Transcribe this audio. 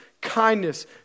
kindness